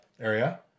area